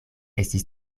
estis